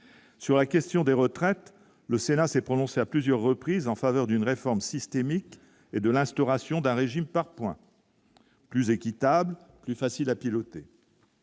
sur la question des retraites : le Sénat s'est prononcé à plusieurs reprises en faveur d'une réforme systémique et de l'instauration d'un régime par points plus équitable, plus facile à piloter,